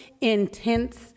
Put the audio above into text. intense